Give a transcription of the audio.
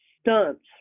stunts